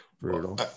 brutal